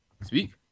speak